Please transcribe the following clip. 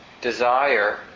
desire